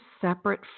separate